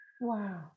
Wow